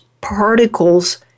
particles